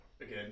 again